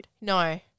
No